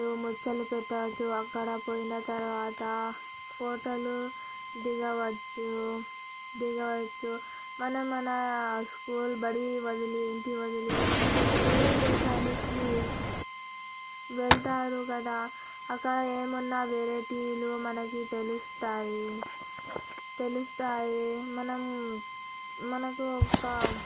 ముచ్చట్లు పెట్టవచ్చు అక్కడ పోయిన తర్వాత ఫోటోలు దిగవచ్చు దిగవచ్చు మనం మన స్కూల్ బడి వదిలి ఇంటి వదిలి వేరే దేశానికి వెళ్తారు కదా అక్కడ ఏమన్నా వెరైటీలు మనకి తెలుస్తాయి తెలుస్తాయి మనం మనకు ఒక